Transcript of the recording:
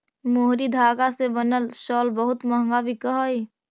मोहरी धागा से बनल शॉल बहुत मँहगा बिकऽ हई